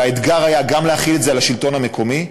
והאתגר היה גם להחיל את זה על השלטון המקומי,